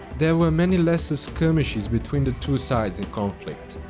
there were many lesser skirmishes between the two sides in conflict.